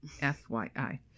FYI